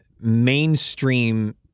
mainstream